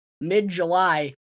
mid-July